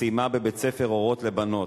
וסיימה בבית-הספר "אורות בנות".